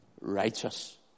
righteous